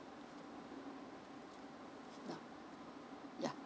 yeah yeah